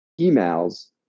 emails